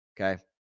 Okay